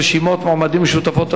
רשימות מועמדים משותפות),